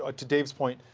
ah to dave's point,